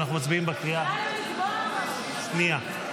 ואנחנו מצביעים בקריאה שנייה.